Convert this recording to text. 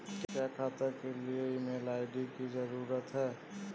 क्या खाता के लिए ईमेल आई.डी होना जरूरी है?